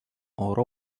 oro